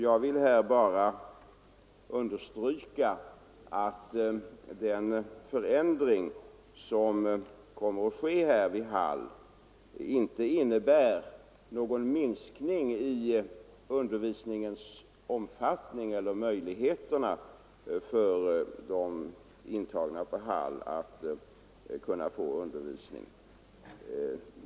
Jag vill nu bara understryka att den förändring som kommer att ske vid Hall inte innebär någon minskning i undervisningens omfattning eller i möjligheterna för de intagna på Hall att kunna få undervisning.